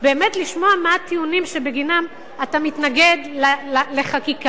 באמת לשמוע מה הטיעונים שבגינם אתה מתנגד לחקיקה.